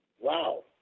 Wow